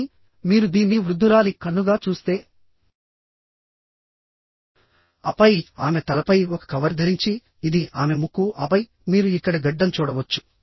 కానీ మీరు దీన్ని వృద్ధురాలి కన్నుగా చూస్తే ఆపై ఆమె తలపై ఒక కవర్ ధరించి ఇది ఆమె ముక్కు ఆపై మీరు ఇక్కడ గడ్డం చూడవచ్చు